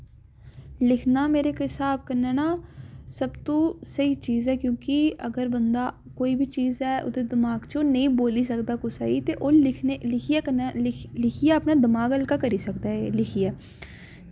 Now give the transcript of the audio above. लिखना मेरे स्हाब कन्नै ना सब तू स्हेई चीज़ ऐ क्योंकि अगर बंदा कोई बी चीज़ ऐ ओह्दे दमाग च ओह् नेईं बोली सकदा कुसै गी ते ओह् लिखियै कन्नै लिखियै दमाग हल्का करी सकदा ऐ अपना लिखियै